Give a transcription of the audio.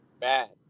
Bad